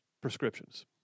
prescriptions